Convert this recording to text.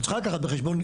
או צריכה לקחת בחשבון,